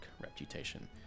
reputation